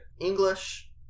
English